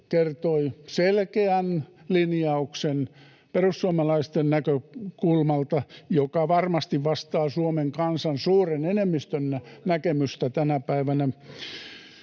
kertoi selkeän linjauksen perussuomalaisten näkökulmalta, joka varmasti vastaa Suomen kansan suuren enemmistön näkemystä tänä päivänä.